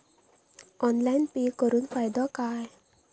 Online pay करुन फायदो काय?